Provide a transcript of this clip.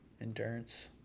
endurance